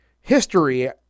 history